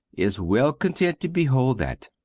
is well content to behold that.